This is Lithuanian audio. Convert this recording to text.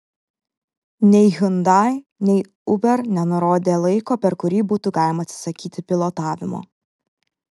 nei hyundai nei uber nenurodė laiko per kurį būtų galima atsisakyti pilotavimo